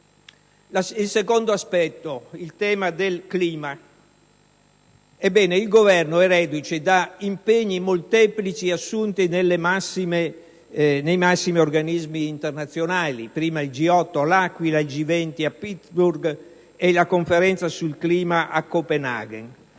Il secondo aspetto è il tema del clima. Ebbene, il Governo è reduce da impegni molteplici, assunti nei massimi organismi internazionali: prima il G8 a L'Aquila, poi il G20 a Pittsburgh; infine, la Conferenza sul clima a Copenaghen.